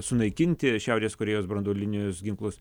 sunaikinti šiaurės korėjos branduolinius ginklus